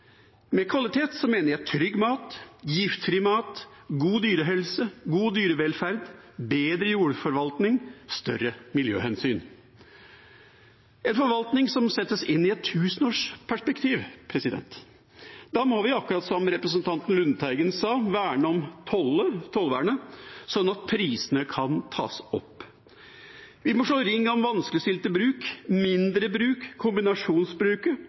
Med kvalitet mener jeg trygg mat, giftfri mat, god dyrehelse, god dyrevelferd, bedre jordforvaltning, større miljøhensyn – en forvaltning som settes inn i et tusenårsperspektiv. Da må vi, akkurat som representanten Lundteigen sa, verne om tollvernet, sånn at prisene kan tas opp. Vi må slå ring om vanskeligstilte bruk, mindre bruk, kombinasjonsbruket,